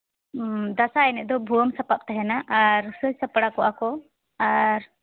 ᱫᱟᱸᱥᱟᱭ ᱮᱱᱮᱡ ᱨᱮᱫᱚ ᱵᱷᱩᱣᱟᱹᱝ ᱥᱟᱯᱟᱵ ᱛᱟᱦᱮᱱᱟ ᱟᱨ ᱥᱟᱹᱛ ᱥᱟᱯᱲᱟᱣ ᱠᱚᱜᱼᱟ ᱠᱚ ᱟᱨ